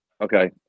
Okay